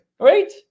right